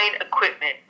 equipment